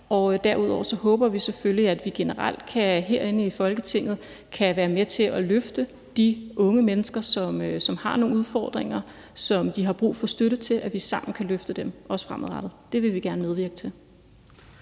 om. Derudover håber vi selvfølgelig, at vi generelt herinde i Folketinget kan være med til at løfte de unge mennesker, som har nogle udfordringer, som de har brug for støtte til, så vi sammen kan løfte dem, også fremadrettet. Det vil vi gerne medvirke til.